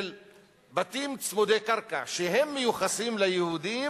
של בתים צמודי קרקע, כשהם מיוחסים ליהודים,